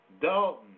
Dalton